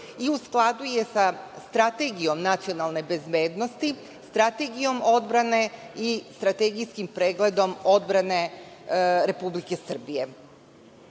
i u skladu je sa Strategijom nacionalne bezbednosti, Strategijom odbrane i strategijskim pregledom odbrane Republike Srbije. Važno